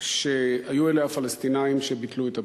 שהיו אלה הפלסטינים שביטלו את הפגישה.